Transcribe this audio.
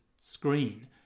screen